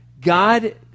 God